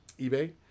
eBay